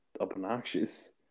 obnoxious